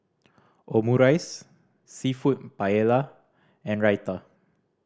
Omurice Seafood Paella and Raita